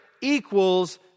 equals